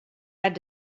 had